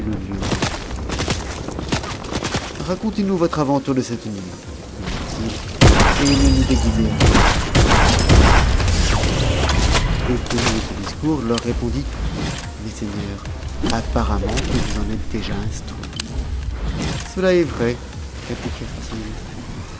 lion où il était racontez-nous votre aventure de cette nuit lui dirent-ils et ne nous déguisez rien le joaillier étonné de ce discours leur répondit mes seigneurs apparemment que vous enêtes déjà instruits cela est vrai